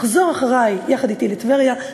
תחזור אחרי יחד אתי לטבריה,